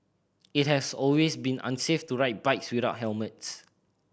it has always been unsafe to ride bikes without helmets